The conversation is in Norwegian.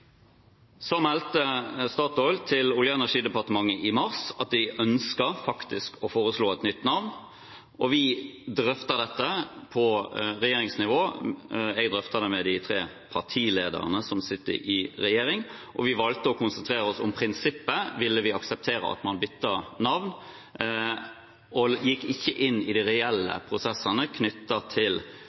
Så meldte Statoil til Olje- og energidepartementet i mars at de faktisk ønsket å foreslå et nytt navn. Vi drøftet dette på regjeringsnivå; jeg drøftet det med de tre partilederne som sitter i regjering. Vi valgte å konsentrere oss om prinsippet: Ville vi akseptere at man byttet navn? Vi gikk ikke inn i de reelle prosessene knyttet til